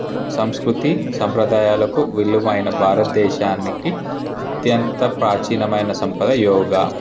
సంస్కృతి సంప్రదాయాలకు విలువైన భారతదేశానికి అత్యంత ప్రాచీనమైన సంపద యోగ